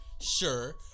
Sure